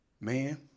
man